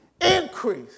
increase